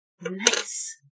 Nice